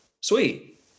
sweet